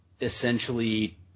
essentially